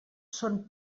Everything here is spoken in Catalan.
són